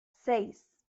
seis